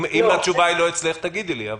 אם התשובה היא לא אצלך, תגידי לי.